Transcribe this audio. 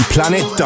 Planet